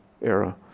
era